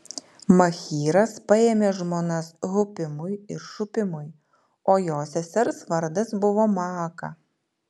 machyras paėmė žmonas hupimui ir šupimui o jo sesers vardas buvo maaka